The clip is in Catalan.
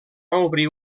obrir